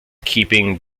keeping